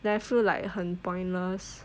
then I feel like 很 pointless